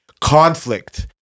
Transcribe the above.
conflict